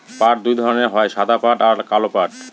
পাট দুই ধরনের হয় সাদা পাট আর কালো পাট